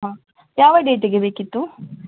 ಹಾಂ ಯಾವ ಡೇಟಿಗೆ ಬೇಕಿತ್ತು